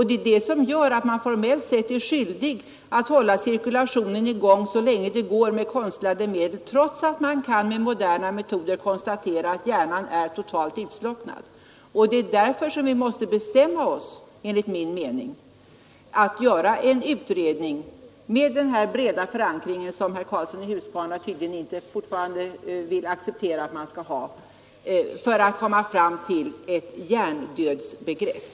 Det är det som gör att man formellt sett är skyldig att hålla cirkulationen i gång med konstlade medel så länge det går, trots att man med moderna metoder kan konstatera att hjärnan är totalt utslocknad. Det är därför vi enligt min uppfattning måste bestämma oss för att göra en utredning — med den breda förankring som herr Karlsson i Huskvarna fortfarande tydligen inte vill acceptera — för att komma fram till ett hjärndödsbegrepp.